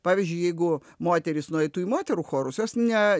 pavyzdžiui jeigu moterys nueitų į moterų chorus jos ne